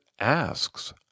asks